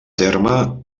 terme